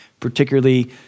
particularly